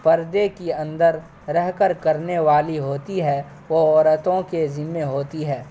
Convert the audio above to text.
پردے کی اندر رہ کر کرنے والی ہوتی ہے وہ عورتوں کے ذمے ہوتی ہیں